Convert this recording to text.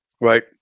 Right